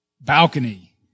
balcony